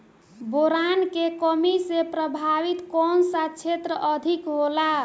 Boron के कमी से प्रभावित कौन सा क्षेत्र अधिक होला?